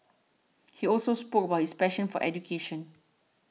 he also spoke about his passion for education